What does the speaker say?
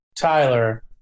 Tyler